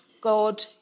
God